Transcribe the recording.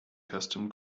custom